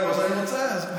אני רוצה.